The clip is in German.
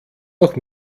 noch